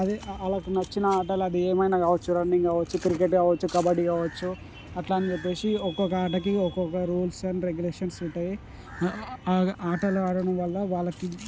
అదే వాళ్ళకి నచ్చిన ఆటలు అది ఏమైనా కావచ్చు రన్నింగ్ అవ్వచ్చు క్రికెట్ అవ్వచ్చు కబడ్డి అవ్వచ్చు అట్లని చెప్పేసి ఒక్కొక్క ఆటకి ఒక్కొక్క రూల్స్ అండ్ రెగ్యులేషన్స్ ఉంటాయి ఆటలు ఆడటం వల్ల వాళ్ళకి